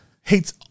Hates